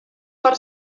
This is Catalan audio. per